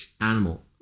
animal